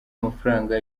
amafaranga